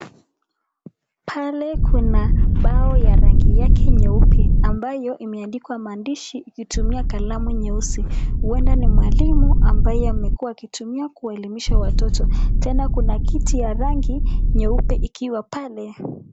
Pale kuna ubao ya rangi yake nyeupe ambayo imeandikwa maandishi kutumia kalamu nyeusi, ueda ni mwalimu ambaye amekuwa akitumia kuelimisha watoto. Tena kuna kiti ya rangi nyeupe ikiwa pale.